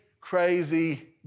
crazy